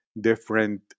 different